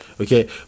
Okay